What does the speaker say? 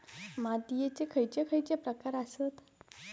मातीयेचे खैचे खैचे प्रकार आसत?